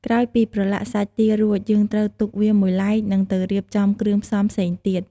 ក្រោយពីប្រឡាក់សាច់ទារួច យើងត្រូវទុកវាមួយឡែក និងទៅរៀបចំគ្រឿងផ្សំផ្សេងទៀត។